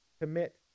commit